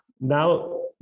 Now